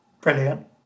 Brilliant